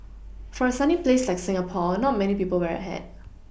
for a sunny place like Singapore not many people wear a hat